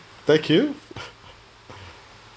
thank you